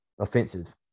offensive